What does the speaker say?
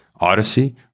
Odyssey